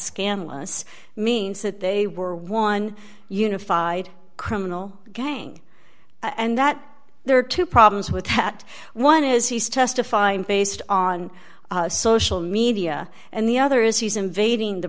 scandalous means that they were one unified criminal gang and that there are two problems with that one is he's testifying based on social media and the other is he's invading the